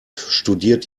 studiert